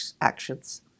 actions